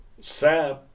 Sab